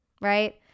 Right